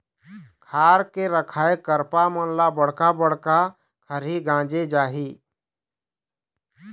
खार के रखाए करपा मन ल बड़का बड़का खरही गांजे जाही